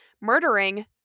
murdering